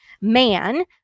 man